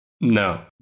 No